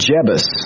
Jebus